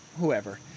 whoever